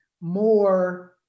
more